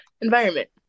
environment